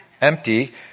empty